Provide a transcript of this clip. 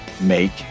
make